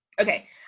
Okay